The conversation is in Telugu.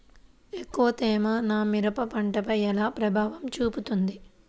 ఎక్కువ తేమ నా మిరప పంటపై ఎలా ప్రభావం చూపుతుంది?